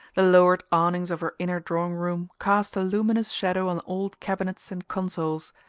the lowered awnings of her inner drawing-room cast a luminous shadow on old cabinets and consoles,